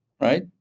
right